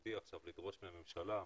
ומציאותי לדרוש עכשיו מהממשלה.